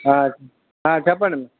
చెప్పండి